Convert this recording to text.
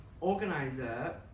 organizer